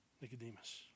Nicodemus